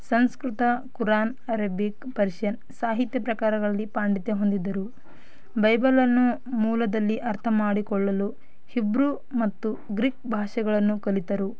ಸಂಸೃತ Quran Arabic Persian ಸಾಹಿತ್ಯ ಪ್ರಕಾರಗಳಲ್ಲಿ ಪಾಂಡಿತ್ಯ ಹೊಂದಿದ್ದರು ಬೈಬಲನ್ನು ಮೂಲದಲ್ಲಿ ಅರ್ಥ ಮಾಡಿಕೊಳ್ಳಲು ಹಿಬ್ರು ಮತ್ತು ಗ್ರೀಕ್ ಭಾಷೆಗಳನ್ನು ಕಲಿತರು